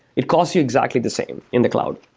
it costs you exactly the same in the cloud.